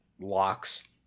locks